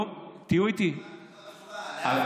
זו לא התשובה.